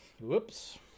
Whoops